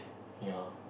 ya